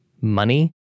money